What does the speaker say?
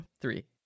Three